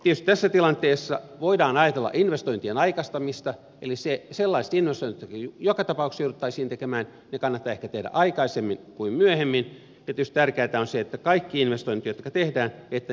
tietysti tässä tilanteessa voidaan ajatella investointien aikaistamista eli sellaiset investoinnit jotka joka tapauksessa jouduttaisiin tekemään kannattaa ehkä tehdä mieluummin aikaisemmin kuin myöhemmin ja tietysti tärkeätä on se että kaikille investoinneille jotka tehdään saadaan selkeätä tuottoa